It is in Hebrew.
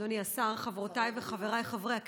אדוני השר, חברותיי וחבריי חברי הכנסת,